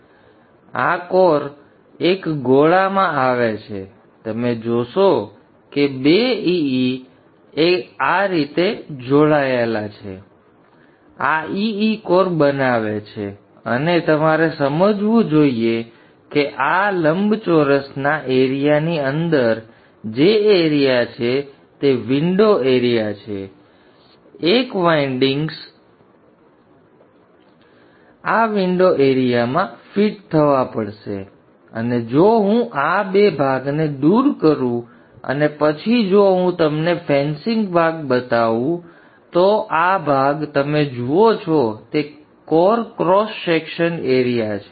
તેથી આ E E પ્રકારનો કોર એક ગોળામાં આવે છે તમે જોશો કે બે E E એ આ રીતે એક સાથે જોડાયેલા છે અને આ E E કોર બનાવે છે અને તમારે સમજવું જોઈએ કે આ લંબચોરસ ના એરીયાની અંદર જે એરીયા છે તે વિંડો એરિયા છે એક લંબચોરસ બંને વિન્ડો એરિયા Aw નથી જેનો મેં હમણાં જ અગાઉ ઉલ્લેખ કર્યો છે અને તમામ વાઇન્ડિંગ્સ આ વિન્ડો એરિયામાં ફિટ થવા પડશે અને જો હું આ બે ભાગને દૂર કરું અને પછી જો હું તમને ફેસિંગ ભાગ બતાવું તો આ ભાગ તમે જે જુઓ છો તે કોર ક્રોસ સેક્શન એરિયા છે